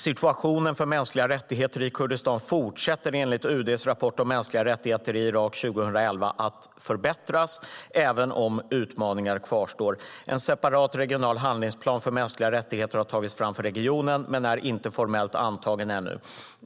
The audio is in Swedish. Situationen för mänskliga rättigheter i Kurdistan fortsätter enligt UD:s rapport om mänskliga rättigheter i Irak 2011 att förbättras även om utmaningar kvarstår. En separat regional handlingsplan för mänskliga rättigheter har tagits fram för regionen, men är inte formellt antagen ännu.